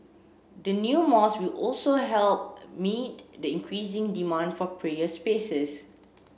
the new mosque will also help meet the increasing demand for prayer spaces